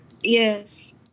Yes